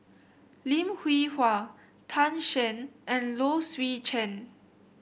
Lim Hwee Hua Tan Shen and Low Swee Chen